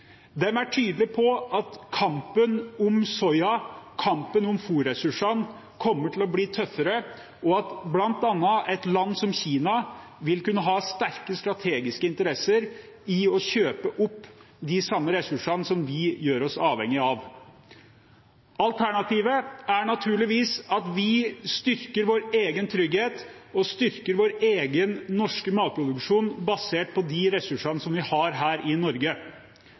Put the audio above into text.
er tydelige på at kampen om soya, kampen om fôrressursene, kommer til å bli tøffere, og at bl.a. et land som Kina vil kunne ha sterke strategiske interesser i å kjøpe opp de samme ressursene som vi gjør oss avhengige av. Alternativet er naturligvis at vi styrker vår egen trygghet og styrker vår egen, norske matproduksjon basert på de ressursene som vi har her i Norge.